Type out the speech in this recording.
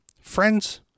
Friends